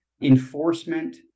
enforcement